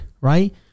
right